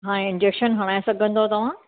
हा इंजेक्शन हणाए सघंदव तव्हां